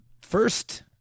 first